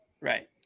Right